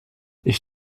ich